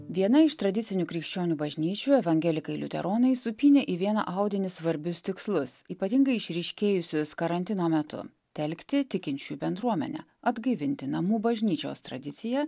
viena iš tradicinių krikščionių bažnyčių evangelikai liuteronai supynė į vieną audinį svarbius tikslus ypatingai išryškėjusius karantino metu telkti tikinčiųjų bendruomenę atgaivinti namų bažnyčios tradiciją